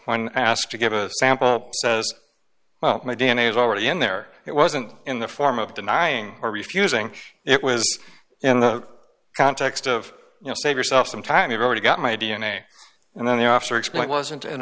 when asked to give a sample says well my d n a is already in there it wasn't in the form of denying or refusing it was in the context of you know save yourself some time you've already got my d n a and then the officer explain wasn't an